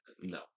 No